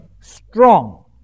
Strong